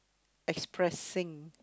expressing